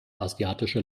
asiatische